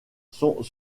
sont